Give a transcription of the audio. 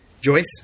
Joyce